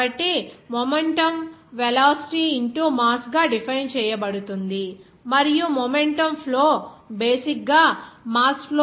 కాబట్టి momentum velocity into mass గా define చేయబడుతుంది మరియు మొమెంటం ఫ్లో బేసిక్ గా mass flow into momentum by mass